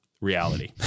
reality